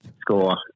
score